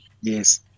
Yes